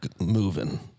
moving